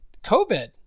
COVID